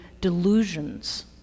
delusions